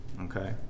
Okay